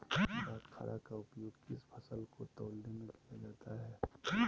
बाटखरा का उपयोग किस फसल को तौलने में किया जाता है?